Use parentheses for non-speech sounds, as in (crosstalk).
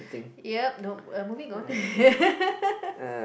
yup nope moving on (laughs)